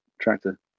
tractor